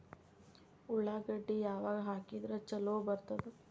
ಉಳ್ಳಾಗಡ್ಡಿ ಯಾವಾಗ ಹಾಕಿದ್ರ ಛಲೋ ಬರ್ತದ?